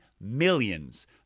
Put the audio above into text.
millions